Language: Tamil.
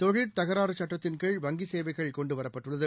தொழிற் தகராறு சட்டத்தின்கீழ் வங்கி சேவைகள் கொண்டு வரப்பட்டுள்ளது